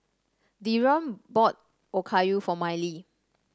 Dereon bought Okayu for Miley